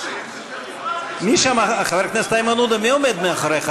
מי עומד מאחוריך?